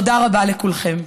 תודה רבה לכולכם.